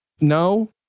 No